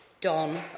Don